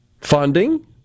funding